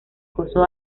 coso